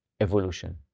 evolution